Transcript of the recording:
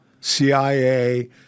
CIA